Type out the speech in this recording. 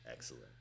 Excellent